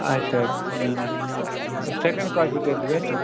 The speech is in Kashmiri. اچھا یہِ سیٚکَنٛڈ کاپی کۭتِس گَژھِ